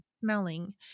smelling